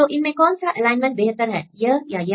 तो इनमें कौन सा एलाइनमेंट बेहतर है यह या यह